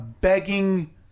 begging